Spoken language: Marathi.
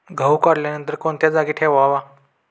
गहू काढल्यानंतर कोणत्या जागी ठेवावा?